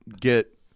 get